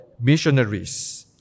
missionaries